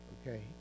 Okay